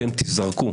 אתם תיזרקו